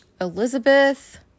Elizabeth